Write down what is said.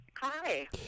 Hi